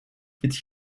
fit